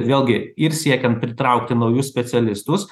vėlgi ir siekiant pritraukti naujus specialistus